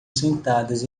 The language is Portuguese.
sentadas